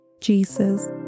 Jesus